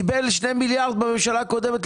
קיבל 2 מיליארד בממשלה הקודמת,